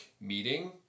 meeting